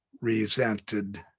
resented